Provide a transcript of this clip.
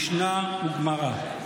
משנה וגמרא.